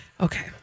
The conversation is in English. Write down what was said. Okay